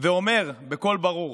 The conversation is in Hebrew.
ואומר בקול ברור: